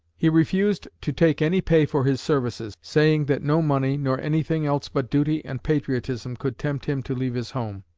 he refused to take any pay for his services, saying that no money, nor anything else but duty and patriotism could tempt him to leave his home.